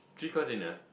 three cost in a